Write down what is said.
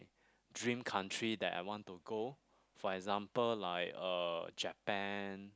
dream country that I want to go for example like uh Japan